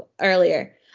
earlier